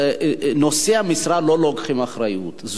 נושאי המשרה לא לוקחים אחריות,